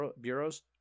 bureaus